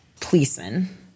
policeman